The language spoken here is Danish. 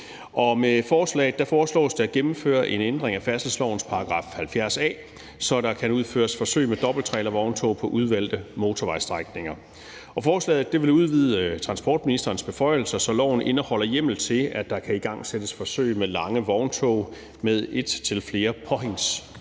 Med forslaget foreslås det at gennemføre en ændring af færdselslovens § 70 a, så der kan udføres forsøg med dobbelttrailervogntog på udvalgte motorvejsstrækninger. Forslaget vil udvide transportministerens beføjelser, så loven indeholder hjemmel til, at der kan igangsættes forsøg med lange vogntog med et til flere